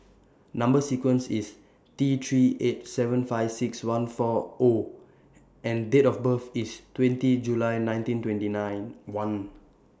Number sequence IS T three eight seven five six one four O and Date of birth IS twenty July nineteen twenty nine one